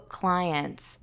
clients